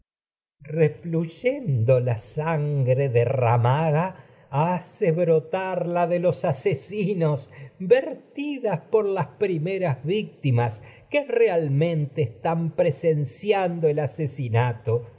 refluyendo la gre por derramada hace brotar la de los asesinos vertida las primeras victimas que realmente están presen el asesinato